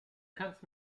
kannst